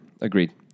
agreed